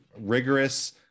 rigorous